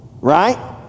Right